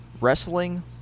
wrestling